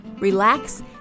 relax